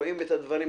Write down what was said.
רואים את הדברים,